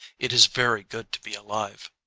it is very good to be alive.